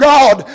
God